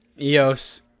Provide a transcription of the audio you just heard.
EOS